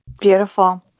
Beautiful